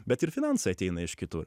bet ir finansai ateina iš kitur